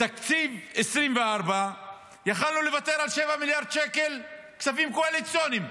בתקציב 2024 יכולנו לוותר על 7 מיליארד שקל כספים קואליציוניים,